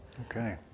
Okay